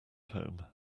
home